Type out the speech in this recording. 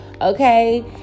okay